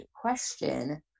question